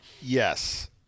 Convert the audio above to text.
Yes